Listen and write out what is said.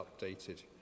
updated